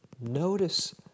Notice